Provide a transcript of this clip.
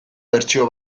bertsio